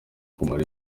kumara